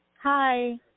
Hi